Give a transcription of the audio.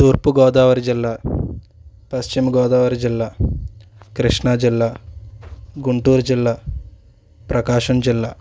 తూర్పు గోదావరి జిల్లా పశ్చిమ గోదావరి జిల్లా కృష్ణా జిల్లా గుంటూరు జిల్లా ప్రకాశం జిల్లా